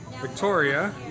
Victoria